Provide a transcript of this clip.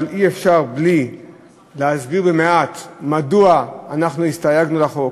אבל אי-אפשר בלי להסביר מעט מדוע אנחנו הסתייגנו מהחוק,